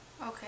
Okay